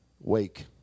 wake